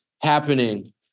happening